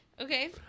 Okay